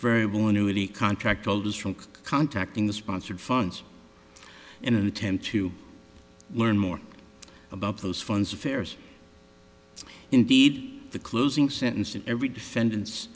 variable annuity contract oldies from contacting the sponsored funds in an attempt to learn more about those funds affairs indeed the closing sentence of every defendant